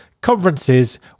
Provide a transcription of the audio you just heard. conferences